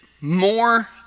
more